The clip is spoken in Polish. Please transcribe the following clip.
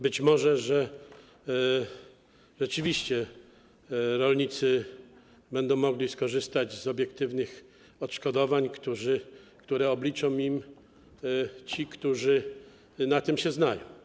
Być może rzeczywiście rolnicy będą mogli skorzystać z obiektywnych odszkodowań, które obliczą im ci, którzy na tym się znają.